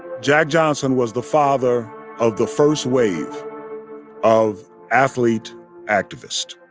jack johnson was the father of the first wave of athlete activists.